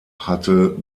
hatte